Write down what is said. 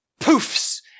poofs